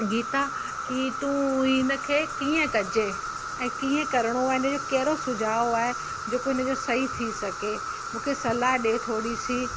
गीता कि तूं हिनखे कीअं कजे ऐं कीअं करिणो आहे ऐं हिनजो कहिड़ो सुझाव आहे जेको हिनजो सही थी सघे मूंखे सलाह ॾे थोरीसी